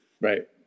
Right